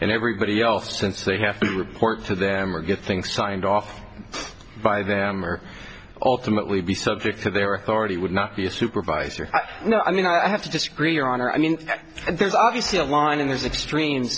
and everybody else since they have to report to them or get things signed off by them or ultimately be subject to their authority would not be a supervisor you know i mean i have to disagree your honor i mean there's obviously a line and there's extreme